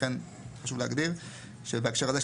לכן חשוב להגדיר בהקשר הזה.